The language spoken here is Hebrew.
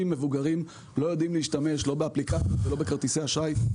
מבוגרים לא יודעים להשתמש לא באפליקציות ולא בכרטיסי אשראי,